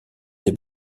des